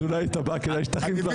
אולי את הבא כדאי שתכין כבר.